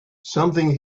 something